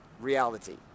reality